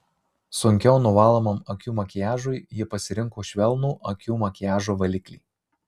sunkiau nuvalomam akių makiažui ji pasirinko švelnų akių makiažo valiklį